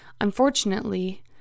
Unfortunately